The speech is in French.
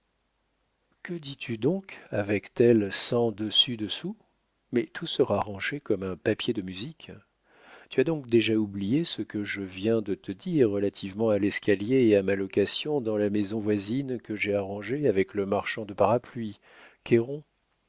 que dis-tu donc avec ton cen dessus dessous mais tout sera rangé comme un papier de musique tu as donc déjà oublié ce que je viens de te dire relativement à l'escalier et à ma location dans la maison voisine que j'ai arrangée avec le marchand de parapluies